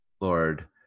Lord